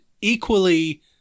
equally